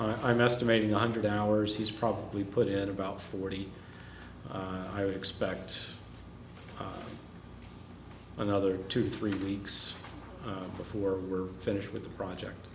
i'm estimating one hundred hours he's probably put in about forty i would expect another two to three weeks before we're finished with the project